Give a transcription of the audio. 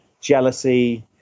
jealousy